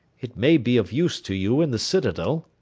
it may be of use to you in the citadel.